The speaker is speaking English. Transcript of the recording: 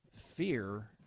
Fear